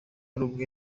rumwe